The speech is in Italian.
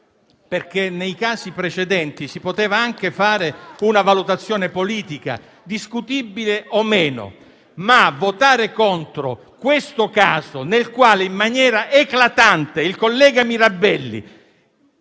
Nei casi precedenti si poteva anche fare una valutazione politica, discutibile o no, ma in questo caso, nel quale in maniera eclatante il collega Mirabelli,